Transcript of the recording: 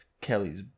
Kelly's